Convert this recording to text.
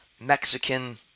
Mexican